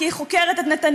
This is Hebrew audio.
כי היא חוקרת את נתניהו,